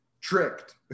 tricked